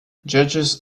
judges